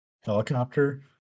Helicopter